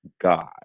God